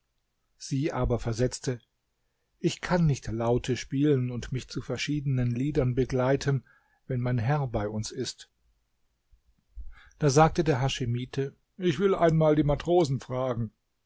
sie aber versetzte ich kann nicht laute spielen und mich zu verschiedenen liedern begleiten wenn mein herr bei uns ist da sagte der haschimite ich will einmal die matrosen fragen